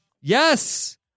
Yes